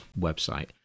website